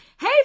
Hey